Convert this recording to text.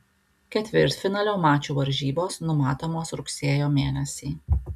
ketvirtfinalio mačų varžybos numatomos rugsėjo mėnesį